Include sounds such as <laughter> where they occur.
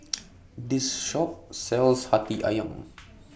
<noise> This Shop sells Hati Ayam